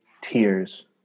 tears